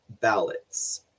ballots